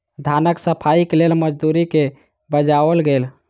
धानक सफाईक लेल मजदूर के बजाओल गेल